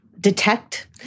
detect